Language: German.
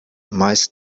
meist